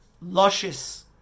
luscious